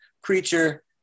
creature